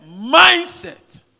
mindset